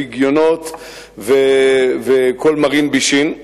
פגיונות וכל מרעין בישין.